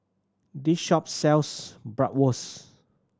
this shop sells Bratwurst